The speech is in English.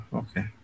okay